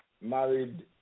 married